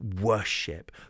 worship